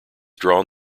drawn